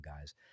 guys